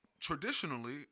traditionally